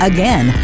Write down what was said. Again